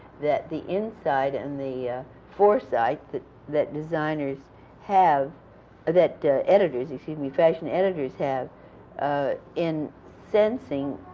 that the insight and the foresight that that designers have that editors, excuse me, fashion editors have in sensing